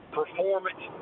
performance